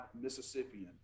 Mississippian